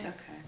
Okay